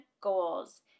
goals